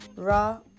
Raw